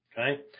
okay